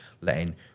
letting